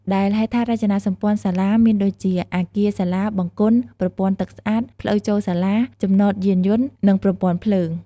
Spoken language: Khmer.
ដែលហេដ្ឋារចនាសម្ព័ន្ធសាលា មានដូចជា អាគារសាលា បង្គន់ ប្រព័ន្ធទឹកស្អាត ផ្លូវចូលសាលា ចំណតយានយន្ត និង ប្រព័ន្ធភ្លើង។